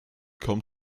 kommt